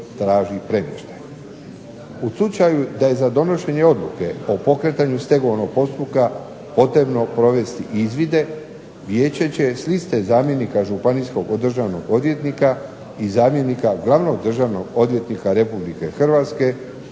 U slučaju da je za donošenje odluke o pokretanju stegovnog postupka potrebno provesti izvide vijeće će s liste zamjenika Županijskog državnog odvjetnika i zamjenika Glavnog državnog odvjetnika RH odrediti